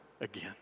again